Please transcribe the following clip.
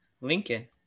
Lincoln